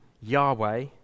Yahweh